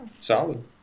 solid